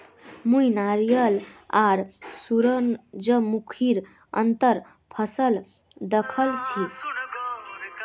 मुई नारियल आर सूरजमुखीर अंतर फसल दखल छी